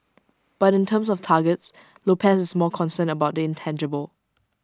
but in terms of targets Lopez is more concerned about the intangible